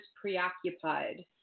preoccupied